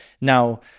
Now